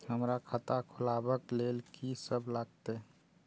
हमरा खाता खुलाबक लेल की सब लागतै?